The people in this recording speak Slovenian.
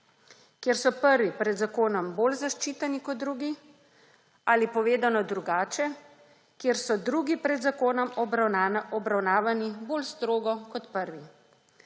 kjer so prvi pred zakonom bolj zaščiteni kot drugi, ali povedano drugače, kjer so drugi pred zakonom obravnavani bolj strogo kot prvi.